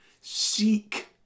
Seek